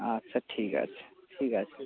আচ্ছা ঠিক আছে ঠিক আছে